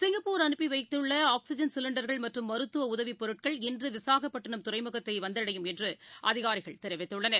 Singapore அனுப்பிவைத்துள்ளஆக்சிஜன் சிலிண்டர்கள் மற்றும் மருத்துவஉதவிப் பொருட்கள் இன்றுவிசாகப்பட்டினம் துறைமுகத்துக்குவந்தடையும் என்றுஅதிகாரிகள் தெரிவித்துள்ளனர்